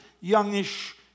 youngish